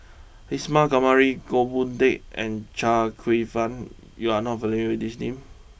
Isa Kamari Goh Boon Teck and Chia Kwek Fah you are not familiar with these names